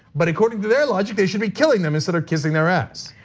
but according to their logic, they should be killing them instead of kissing their ass.